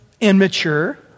immature